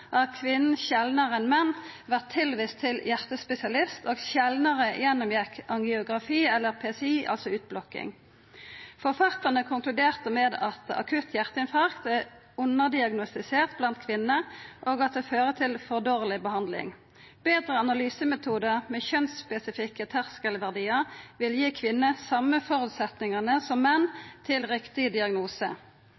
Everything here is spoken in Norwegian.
gjennomgjekk angiografi eller PCI – altså utblokking. Forfattarane konkluderte med at akutt hjarteinfarkt var underdiagnostisert blant kvinner, og at det fører til for dårleg behandling. Betre analysemetodar med kjønnsspesifikke terskelverdiar vil gi kvinner dei same føresetnadane som menn